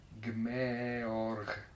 Gmeorg